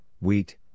wheat